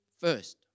first